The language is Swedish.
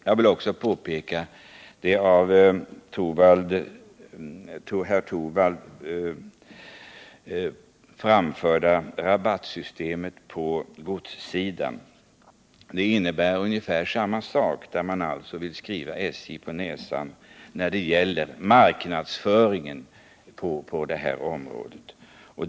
Det av herr Torwald förespråkade rabattsystemet på godssidan innebär ungefär samma sak. Man vill alltså skriva SJ på näsan hur marknadsföringen på det här området skall gå till.